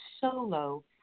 solo